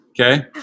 Okay